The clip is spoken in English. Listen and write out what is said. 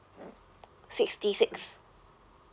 sixty six